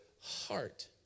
heart